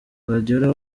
guardiola